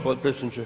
potpredsjedniče.